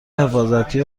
حفاظتی